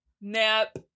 nap